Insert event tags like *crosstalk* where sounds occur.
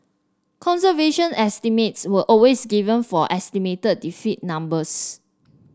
conservation estimates were always given for estimated *unintelligible* numbers